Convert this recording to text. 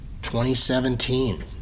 2017